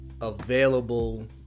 available